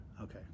Okay